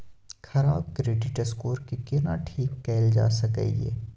खराब credit score के केना ठीक कैल जा सकै ये?